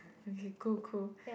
okay cool cool